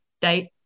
date